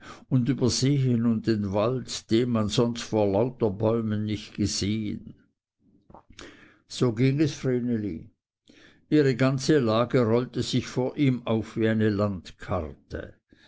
und übersehe nun den wald den man sonst vor lauter bäumen nicht gesehen so ging es vreneli ihre ganze lage rollte sich vor ihm auf wie eine landkarte